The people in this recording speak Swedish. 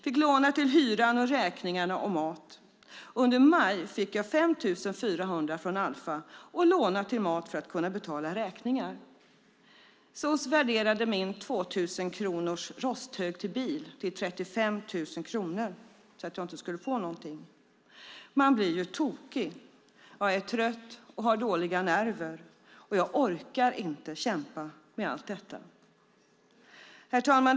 Fick låna till hyran och räkningarna och mat. Under maj fick jag 5 400 kronor från Alfa och lånade till mat för att kunna betala räkningar. Soc värderade min gamla 2 000 kronors rosthög till bil till 35 000 kronor så att jag inte skulle kunna få någonting. Man blir ju tokig. Jag är trött och har dåliga nerver och orkar inte kämpa med allt detta." Herr talman!